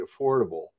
affordable